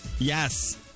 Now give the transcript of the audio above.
Yes